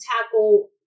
tackle